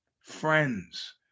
Friends